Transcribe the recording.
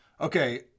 Okay